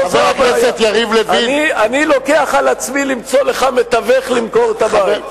לא זאת הבעיה.